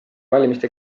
valimiste